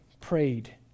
prayed